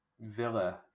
Villa